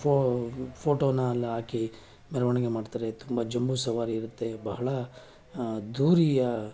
ಫೊ ಫೋಟೋನ ಅಲ್ಲಿ ಹಾಕಿ ಮೆರವಣಿಗೆ ಮಾಡ್ತಾರೆ ತುಂಬ ಜಂಬೂ ಸವಾರಿ ಇರುತ್ತೆ ಬಹಳ ಅದ್ದೂರಿಯ